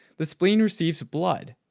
the spleen receives blood.